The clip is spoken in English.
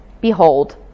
behold